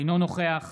אינו נוכח